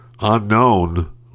unknown